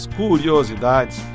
curiosidades